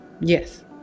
Yes